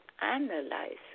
analyze